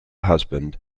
husband